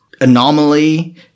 anomaly